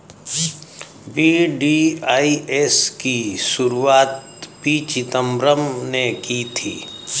VDIS की शुरुआत P Chidambaram ने की थी